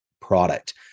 product